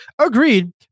Agreed